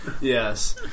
yes